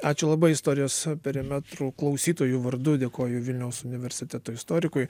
ačiū labai istorijos perimetrų klausytojų vardu dėkoju vilniaus universiteto istorikui